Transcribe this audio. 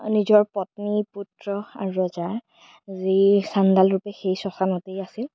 নিজৰ পত্নী পুত্ৰ আৰু ৰজা যি চণ্ডাল ৰূপে সেই শ্মশানতেই আছিল